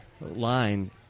line